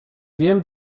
wiem